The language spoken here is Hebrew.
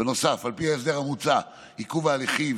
בנוסף, על פי ההסדר המוצע, עיכוב ההליכים